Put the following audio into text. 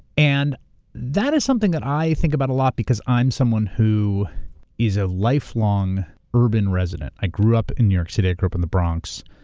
and that is something that i think about a lot because i'm someone who is a lifelong urban resident. i grew up in new york city. i grew up in the bronx.